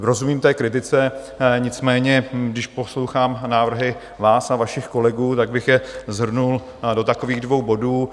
Rozumím té kritice, nicméně když poslouchám návrhy vás a vašich kolegů, tak bych je shrnul do takových dvou bodů.